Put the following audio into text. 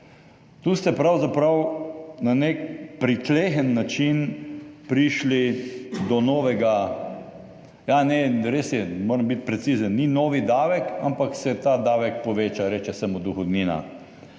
Tu ste pravzaprav na nek pritlehen način prišli do novega … Ja, res je, moram biti precizen, ni novi davek, ampak se ta davek poveča, reče se mu dohodnina,